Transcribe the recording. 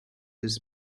this